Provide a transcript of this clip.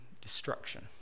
destruction